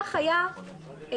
כך היה בעבר.